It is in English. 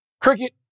cricket